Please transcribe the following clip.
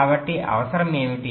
కాబట్టి అవసరం ఏమిటి